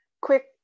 Quick